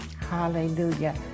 hallelujah